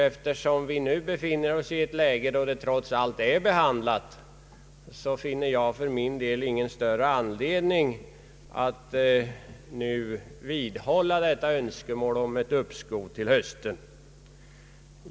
Eftersom ärendet nu trots allt är behandlat finner jag ingen anledning att vidhålla önskemålet om ett uppskov till hösten.